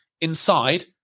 inside